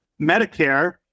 Medicare